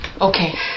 okay